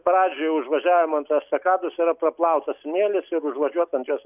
pradžioj užvažiavimo ant estakados yra praplautas smėlis ir užvažiuot ant jos